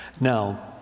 Now